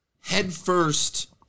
headfirst